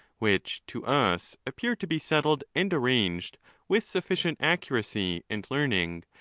which to us appear to be settled and arranged with sufficient accuracy and learning,